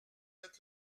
êtes